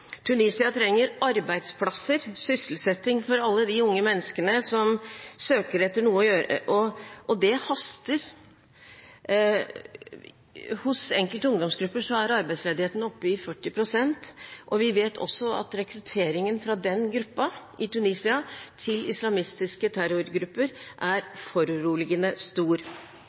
Tunisia trenger arbeidsplasser, sysselsetting for alle de unge menneskene som søker etter noe å gjøre – og det haster. Hos enkelte ungdomsgrupper er arbeidsledigheten oppe i 40 pst., og vi vet også at rekrutteringen fra den gruppen i Tunisia til islamistiske terrorgrupper er